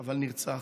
הוא נרצח.